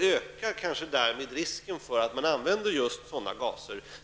ökar kanske därmed risken för att just sådana gaser kommer till användning.